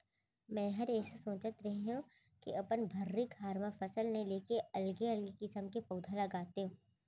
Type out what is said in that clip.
मैंहर एसो सोंचत रहें के अपन भर्री खार म फसल नइ लेके अलगे अलगे किसम के पउधा लगातेंव